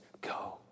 go